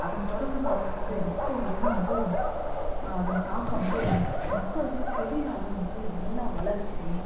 அதன் தொடக்கம் காலத்துலேருந்து இப்போது வரையும் வந்து அதன் தாக்கம் வந்து மக்கள்கிட்டே பெரிய அளவு வந்து நல்லா வளர்ச்சியும்